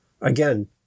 Again